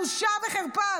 בושה וחרפה",